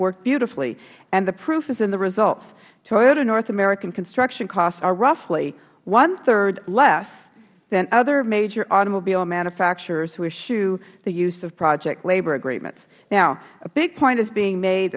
worked beautifully and the proof is in the results toyota north america construction costs are roughly one third less than other major automobile manufacturers who eschew the use of project labor agreements now a big point is being made